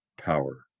power